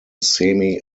semi